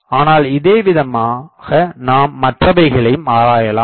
ஆனால் இதே விதமாக நாம் மற்றவைகளுக்கும் ஆராயலாம்